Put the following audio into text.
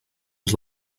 was